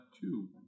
two